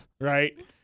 Right